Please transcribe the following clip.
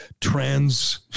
trans